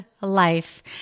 Life